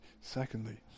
secondly